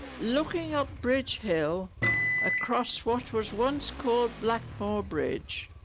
looking up bridge hill across what was once called blackmoor bridge